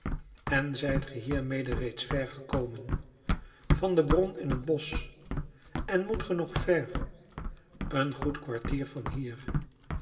en zijt ge hiermede reeds ver gekomen van de bron in het bosch en moet ge nog ver een goed kwartier van hier